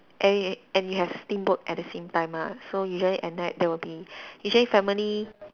and and you have steamboat at the same time lah so usually at night there will be usually family